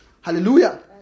Hallelujah